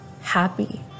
happy